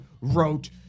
wrote